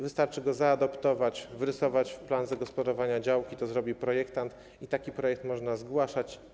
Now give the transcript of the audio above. Wystarczy go zaadaptować, wrysować w plan zagospodarowania działki, to zrobi projektant, i taki projekt będzie można zgłaszać.